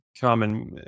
common